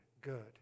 good